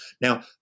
Now